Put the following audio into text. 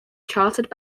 chartered